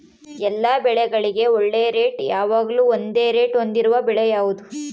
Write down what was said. ಎಲ್ಲ ಬೆಳೆಗಳಿಗೆ ಒಳ್ಳೆ ರೇಟ್ ಯಾವಾಗ್ಲೂ ಒಂದೇ ರೇಟ್ ಹೊಂದಿರುವ ಬೆಳೆ ಯಾವುದು?